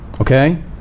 okay